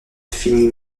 finit